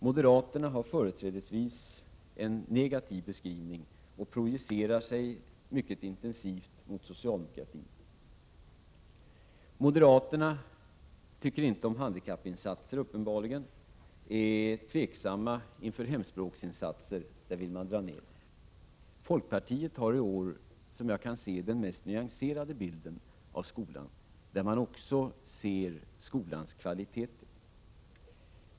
Moderaterna har en företrädelsevis negativ beskrivning och projicerar sig mycket intensivt mot socialdemokratin. Moderaterna tycker uppenbarligen inte om handikappinsatser och är tveksamma inför hemspråksinsatser — där vill man dra ned. Folkpartiet har i år, såvitt jag kan se, den mest nyanserade bilden av skolan, där man också ser skolans kvaliteter.